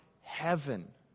heaven